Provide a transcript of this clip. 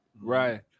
Right